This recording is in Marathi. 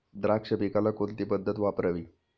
द्राक्ष पिकाला कोणती पद्धत वापरावी?